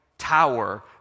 tower